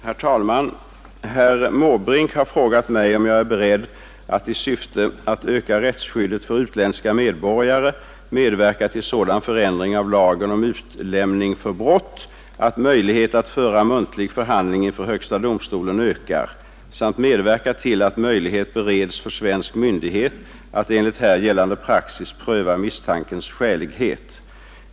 Herr talman! Herr Måbrink har frågat mig om jag är beredd att i syfte att öka rättsskyddet för utländska medborgare medverka till sådan förändring av lagen om utlämning för brott att möjligheten att föra muntlig förhandling inför högsta domstolen ökar samt medverka till att möjlighet bereds för svensk myndighet att enligt här gällande praxis pröva misstankens skälighet.